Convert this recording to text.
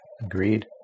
agreed